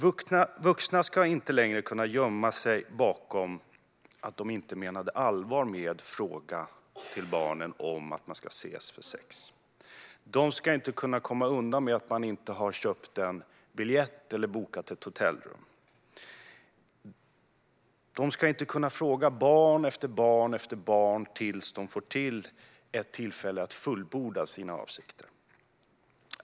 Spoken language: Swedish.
Vuxna ska inte längre kunna gömma sig bakom att de inte menade allvar med en fråga till barnen om att man ska ses för sex. De ska inte komma undan med att de inte har köpt en biljett eller bokat ett hotellrum. De ska inte kunna fråga barn efter barn efter barn tills de får ett tillfälle att fullborda sina avsikter.